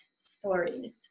stories